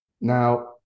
Now